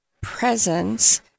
presence